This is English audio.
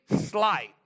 slight